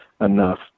enough